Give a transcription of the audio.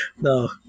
No